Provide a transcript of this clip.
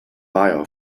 bio